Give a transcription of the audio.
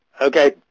Okay